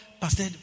pastor